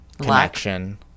connection